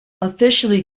officially